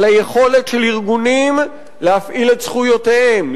על היכולת של ארגונים להפעיל את זכויותיהם,